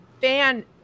fan